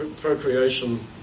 procreation